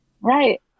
right